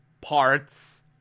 parts